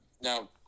Now